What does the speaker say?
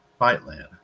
Fightland